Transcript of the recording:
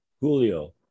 Julio